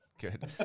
Good